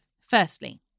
Firstly